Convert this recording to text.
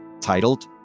titled